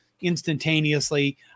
instantaneously